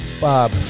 Bob